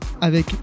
avec